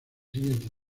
siguiente